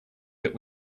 that